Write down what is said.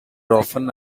often